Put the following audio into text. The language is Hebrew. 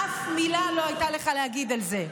אף מילה לא הייתה לך להגיד על זה.